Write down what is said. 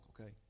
okay